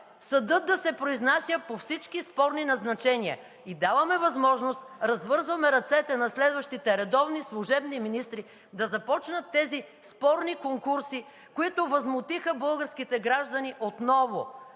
съдът да се произнася по всички спорни назначения и даваме възможност, развързваме ръцете на следващите редовни или служебни министри да започнат тези спорни конкурси, които възмутиха българските граждани отново,